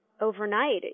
overnight